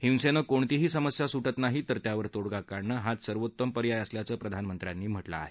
हिंसेनं कोणतीही समस्या सुटत नाही तर त्यावर तोडगा काढणं हाच सर्वोत्तम पर्याय असल्याचं प्रधानमंत्र्यांनी म्हटलं आहे